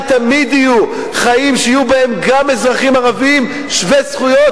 תמיד יהיו חיים שיהיו בהם גם אזרחים ערבים שווי זכויות,